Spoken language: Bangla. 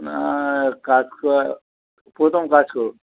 না কাজ তো প্রথম কাজ করবো